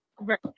Right